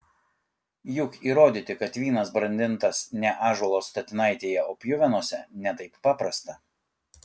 juk įrodyti kad vynas brandintas ne ąžuolo statinaitėje o pjuvenose ne taip paprasta